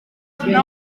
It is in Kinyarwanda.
avugira